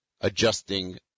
adjusting